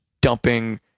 dumping